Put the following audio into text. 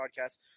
Podcast